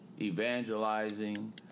evangelizing